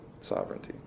sovereignty